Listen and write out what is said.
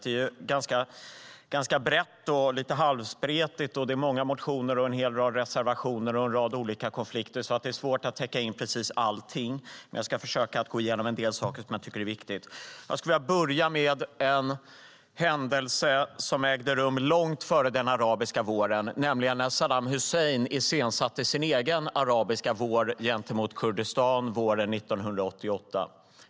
Det är ganska brett och lite halvspretigt, och det är många motioner, en hel rad reservationer och en rad olika konflikter, så det är svårt att täcka in precis allting, men jag ska försöka gå igenom en del saker som jag tycker är viktiga. Jag vill börja med en händelse som ägde rum långt före den arabiska våren, nämligen när Saddam Hussein iscensatte sin egen arabiska vår gentemot Kurdistan våren 1988.